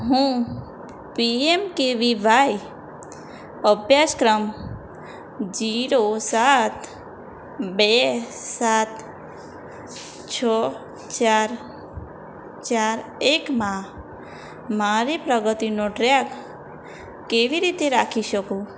હું પીએમકેવીવાય અભ્યાસક્રમ જીરો સાત બે સાત છ ચાર ચાર એકમાં મારી પ્રગતિનો ટ્રેક કેવી રીતે રાખી શકું